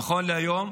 נכון להיום,